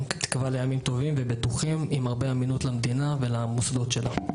בתקווה לימים טובים ובטוחים עם הרבה אמינות של המדינה ושל המוסדות שלה.